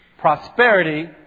Prosperity